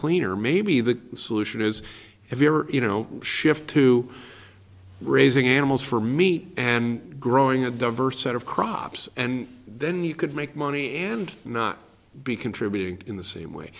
cleaner or maybe the solution is if you are you know shift to raising animals for meat and growing a diverse set of crops and then you could make money and not be contributing in the same way